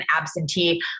absentee